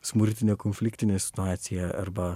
smurtinė konfliktinė situacija arba